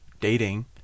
dating